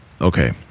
Okay